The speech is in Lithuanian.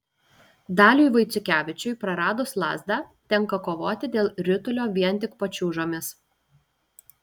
daliui vaiciukevičiui praradus lazdą tenka kovoti dėl ritulio vien tik pačiūžomis